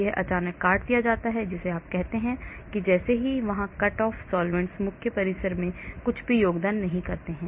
यह अचानक काट दिया जाता है जिसे आप कहते हैं कि जैसे ही यहां कट ऑफ सॉल्वैंट्स मुख्य परिसर में कुछ भी योगदान नहीं करते हैं